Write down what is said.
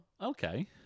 okay